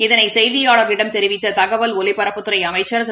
இதனைசெய்தியாளர்களிடம் தெரிவித்ததகவல் ஒலிபரப்புத்துறைஅமைச்சர்திரு